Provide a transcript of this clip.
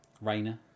Rainer